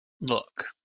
Look